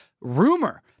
rumor